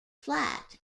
flat